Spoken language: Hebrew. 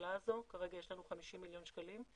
הממשלה הזו, כרגע יש לנו 50 מיליון שקלים,